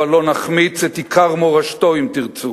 הבה לא נחמיץ את עיקר מורשתו, אם תרצו,